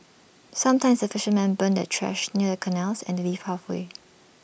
sometimes the fishermen burn their trash near the canals and they leave halfway